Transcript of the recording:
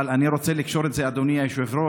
אבל אני רוצה לקשור את זה, אדוני היושב-ראש,